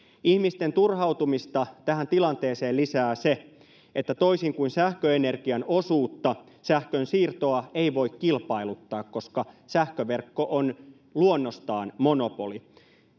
ihmisten turhautumista tähän tilanteeseen lisää se että toisin kuin sähköenergian osuutta sähkönsiirtoa ei voi kilpailuttaa koska sähköverkko on luonnostaan monopoli